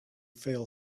feel